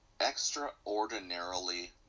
extraordinarily